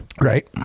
Right